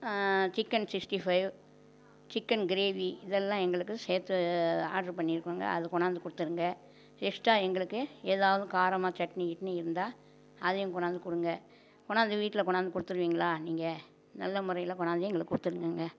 chicken sixty five chicken gravy இதெல்லாம் எங்களுக்கு சேர்த்து ஆர்ட்ர் பண்ணியிருக்கோங்க அது கொண்டாந்து கொடுத்துடுங்க எக்ஸ்ட்ரா எங்களுக்கு எதாவது காரமாக சட்னி கிட்னி இருந்தால் அதையும் கொண்டாந்து கொடுங்க கொண்டாந்து வீட்டில கொண்டாந்து கொடுத்துடுவிங்களா நீங்கள் நல்ல முறையில கொண்டாந்து எங்களுக்கு கொடுத்துடுங்கங்க